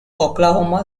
oklahoma